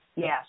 Yes